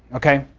ok?